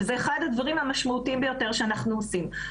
שזה אחד הדברים המשמעותיים ביותר שאנחנו עושים.